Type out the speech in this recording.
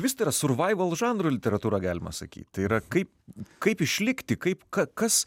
vis tai yra survival žanro literatūra galima sakyt tai yra kaip kaip išlikti kaip ka kas